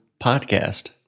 podcast